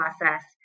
process